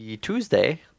Tuesday